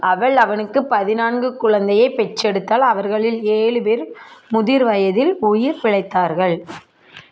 அவள் அவனுக்குப் பதினான்கு குழந்தையை பெற்றெடுத்தாள் அவர்களில் ஏழு பேர் முதிர்வயதில் உயிர் பிழைத்தார்கள்